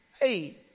Hey